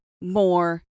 more